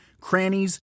crannies